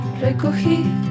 Recogí